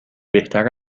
بهتر